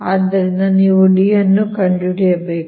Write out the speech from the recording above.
ಆದ್ದರಿಂದ ನೀವು D ಅನ್ನು ಕಂಡುಹಿಡಿಯಬೇಕು